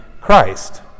Christ